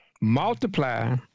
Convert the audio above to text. multiply